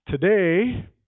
Today